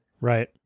Right